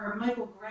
Michael